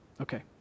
Okay